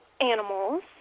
animals